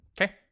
Okay